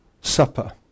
Supper